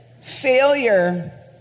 failure